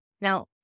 Now